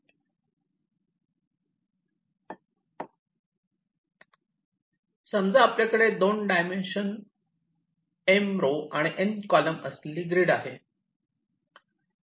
समजा आपल्याकडे दोन डायमेन्शन M रो आणि N कॉलम असलेली ग्रीड आहे